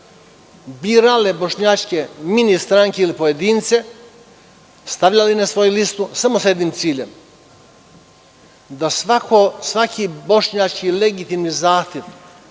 birale bošnjačke ili stranke ili pojedince, stavljali na svoju listu samo sa jednim ciljem, da svaki bošnjački legitimni zahtev